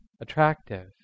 attractive